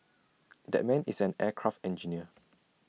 that man is an aircraft engineer